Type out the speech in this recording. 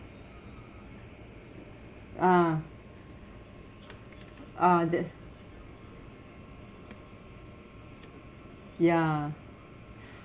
ah ah that's ya